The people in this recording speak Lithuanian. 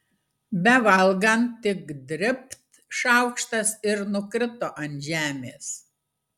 bevalgant tik dribt šaukštas ir nukrito ant žemės